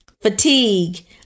fatigue